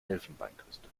elfenbeinküste